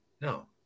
No